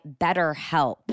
BetterHelp